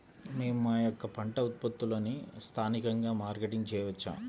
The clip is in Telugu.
మేము మా యొక్క పంట ఉత్పత్తులని స్థానికంగా మార్కెటింగ్ చేయవచ్చా?